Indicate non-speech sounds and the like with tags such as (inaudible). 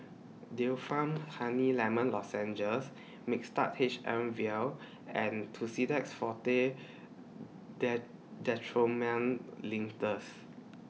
Difflam Honey Lemon Lozenges Mixtard H M Vial and Tussidex Forte (unintelligible) Linctus